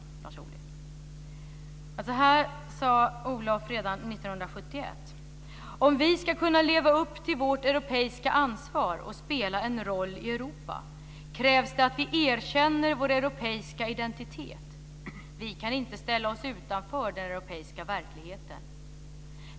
Så här sade Olof Palme redan 1971: Om vi ska kunna leva upp till vårt europeiska ansvar och spela en roll i Europa krävs det att vi erkänner vår europeiska identitet. Vi kan inte ställa oss utanför den europeiska verkligheten.